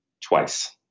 twice